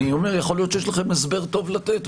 ויכול להיות שיש לכם הסבר טוב לתת,